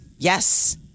Yes